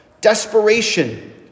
desperation